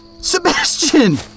Sebastian